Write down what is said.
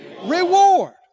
reward